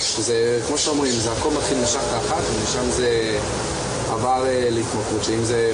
פתחות המוח וגם מעלה את הסיכוי להתמכרות במיוחד בגילים הללו ועד גיל 25,